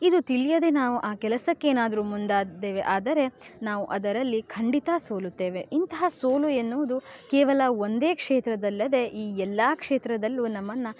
ಇದು ತಿಳಿಯದೇ ನಾವು ಆ ಕೆಲಸಕ್ಕೆ ಏನಾದರೂ ಮುಂದಾದದ್ದೇ ಆದರೆ ನಾವು ಅದರಲ್ಲಿ ಖಂಡಿತ ಸೋಲುತ್ತೇವೆ ಇಂತಹ ಸೋಲು ಎನ್ನುವುದು ಕೇವಲ ಒಂದೇ ಕ್ಷೇತ್ರದಲ್ಲದೆ ಈ ಎಲ್ಲ ಕ್ಷೇತ್ರದಲ್ಲೂ ನಮ್ಮನ್ನು